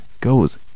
goes